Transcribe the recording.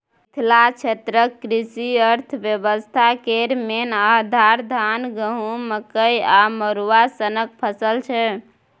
मिथिला क्षेत्रक कृषि अर्थबेबस्था केर मेन आधार, धान, गहुँम, मकइ आ मरुआ सनक फसल छै